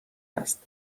است